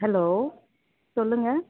hello சொல்லுங்கள்